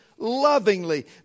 lovingly